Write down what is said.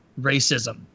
racism—